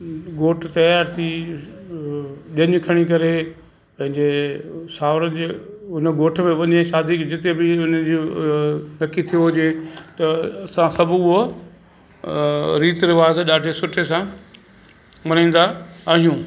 घोट तयार थी ॼञ खणी करे पंहिंजे सावरनि जे उन ॻोठ में वञे शादी जिते बि उन्हनि जो पक थियो हुजे त असां सभु उहे रीति रिवाज़ ॾाढे सुठे सां मल्हाईंदा आहियूं